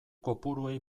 kopuruei